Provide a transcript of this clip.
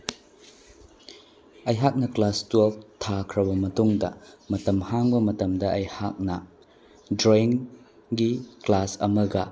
ꯑꯩꯍꯥꯛꯅ class twelve ꯊꯥꯈ꯭ꯔꯕ ꯃꯇꯨꯡꯗ ꯃꯇꯝ ꯍꯥꯡꯕ ꯃꯇꯝꯗ ꯑꯩꯍꯥꯛꯅ ꯗ꯭ꯔꯣꯌꯤꯡꯒꯤ ꯀꯂꯥꯁ ꯑꯃꯒ